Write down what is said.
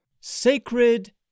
Sacred